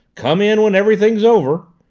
come in when everything's over!